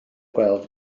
gweld